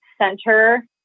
center